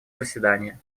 заседания